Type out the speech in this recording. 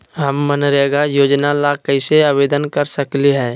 हम मनरेगा योजना ला कैसे आवेदन कर सकली हई?